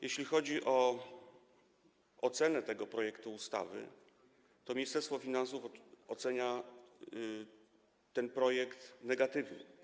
Jeśli chodzi o ocenę tego projektu ustawy, to Ministerstwo Finansów ocenia ten projekt negatywnie.